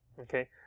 okay